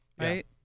right